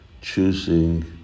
choosing